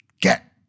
get